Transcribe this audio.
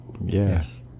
yes